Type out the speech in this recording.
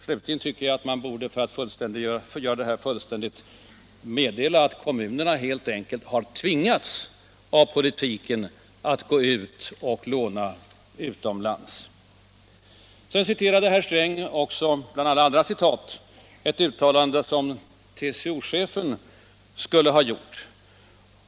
Slutligen tycker jag att man, för att göra beskrivningen fullständig, borde meddela att kommunerna helt enkelt tvingades gå ut och låna utomlands. Sedan citerade herr Sträng också — bland allt annat som han har citerat —- ett uttalande som TCO-chefen skulle ha gjort.